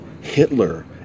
Hitler